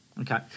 Okay